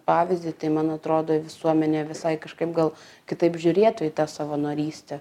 pavyzdį tai man atrodo visuomenė visai kažkaip gal kitaip žiūrėtų į tą savanorystę